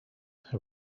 who